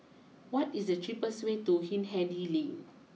what is the cheapest way to Hindhede Lane